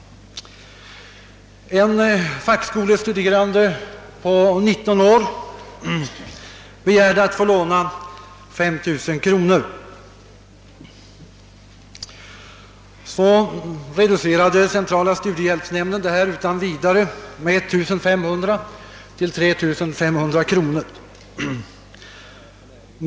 En fackskolestuderande på 19 år begärde att få låna 5 000 kronor. Centrala studiehjälpsnämnden reducerade utan vidare beloppet med 1500 kronor till 3 500 kronor.